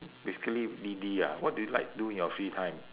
basically didi ah what do you like to do in your free time